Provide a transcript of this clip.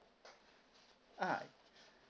ah